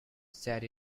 said